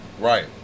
Right